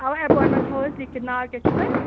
اَوا ایپایِنٛٹمینٛٹ تھَوَو أسۍ لیٖکھِتھ ناو کیٛاہ چھُو تۄہہِ